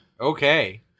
okay